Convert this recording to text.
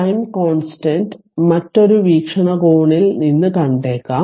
time constant മറ്റൊരു വീക്ഷണകോണിൽ നിന്ന് കണ്ടേക്കാം